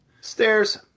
Stairs